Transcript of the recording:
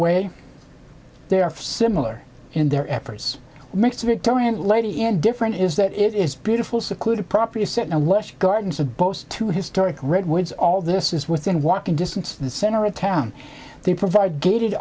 way they are similar in their efforts mix victorian lady and different is that it is beautiful secluded property set and wash gardens of both two historic redwoods all this is within walking distance of the center of town they provide gated